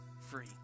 free